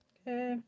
Okay